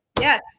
Yes